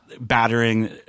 battering